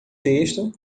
texto